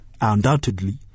Undoubtedly